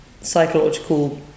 psychological